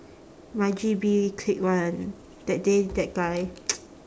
my G_B clique one that day that guy